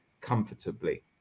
comfortably